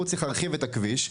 הוא צריך להרחיב את הכביש.